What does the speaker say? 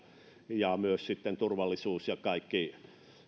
ja myös sitten turvallisuus ja kaikki